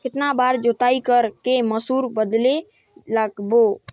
कितन बार जोताई कर के मसूर बदले लगाबो?